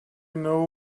know